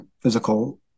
physical